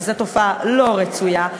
שזו תופעה לא רצויה,